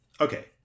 Okay